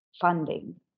funding